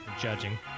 judging